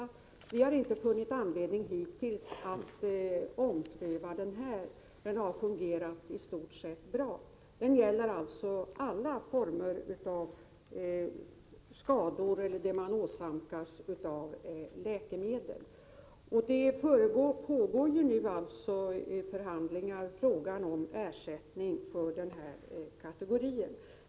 Vi har hittills inte funnit anledning att ompröva den — den har i stort sett fungerat bra. I förhandlingar som nu pågår diskuteras frågan om ersättning till den här kategorin människor.